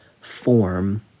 form